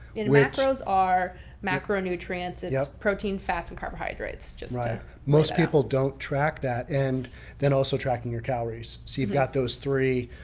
in macros are macronutrients, its yeah protein, fats and carbohydrates. most people don't track that. and then also tracking your calories. so you've got those three,